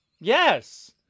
Yes